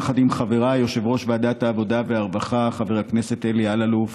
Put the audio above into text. יחד עם חבריי יושב-ראש ועדת העבודה והרווחה חבר הכנסת אלי אלאלוף